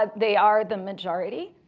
ah they are the majority.